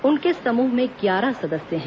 उनके समूह में ग्यारह सदस्य हैं